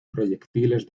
proyectiles